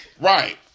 Right